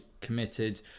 committed